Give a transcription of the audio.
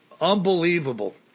Unbelievable